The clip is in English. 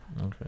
Okay